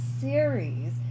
series